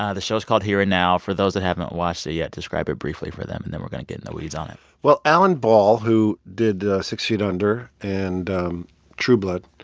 ah the show's called here and now. for those that haven't watched it yet, describe it briefly for them, and then we're going to get in the weeds on it well, alan ball, who did six feet under and true blood,